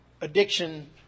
addiction